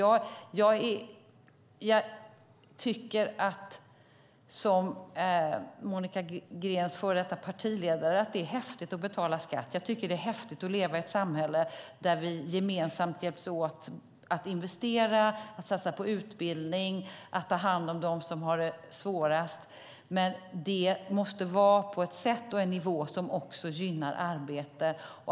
Jag tycker som Monica Greens före detta partiledare att det är häftigt att betala skatt. Det är häftigt att leva i ett samhälle där vi gemensamt hjälps åt att investera, satsa på utbildning och ta hand om dem som har det svårast. Det måste dock vara på ett sätt och på en nivå som också gynnar arbete.